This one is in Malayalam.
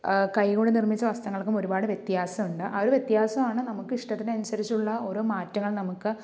കൈകൊണ്ട് നിർമിച്ച വസ്ത്രങ്ങൾക്കും ഒരുപാട് വ്യത്യാസമുണ്ട് ആ ഒരു വ്യത്യാസമാണ് നമുക്ക് ഇഷ്ടത്തിന് അനുസരിച്ചുള്ള ഒരോ മാറ്റങ്ങൾ നമുക്ക്